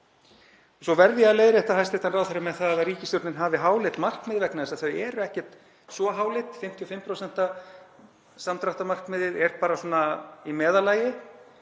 Svo verð ég að leiðrétta hæstv. ráðherra með það að ríkisstjórnin hafi háleit markmið vegna þess að þau eru ekkert svo háleit, 55% samdráttamarkmiðið er bara svona í meðallagi